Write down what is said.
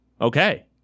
okay